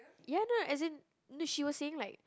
ya lah as in she was saying like